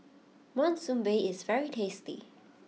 Monsunabe is very tasty